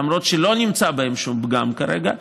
למרות שלא נמצא בהן שום פגם כרגע,